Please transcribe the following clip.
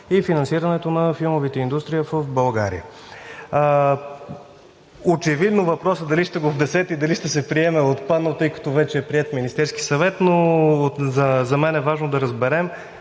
и финансирането на филмовата индустрия в България. Очевидно въпросът дали ще го внесете и дали ще се приеме, е отпаднал, тъй като вече е приет в Министерския съвет, но за мен е важно да разберем